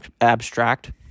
abstract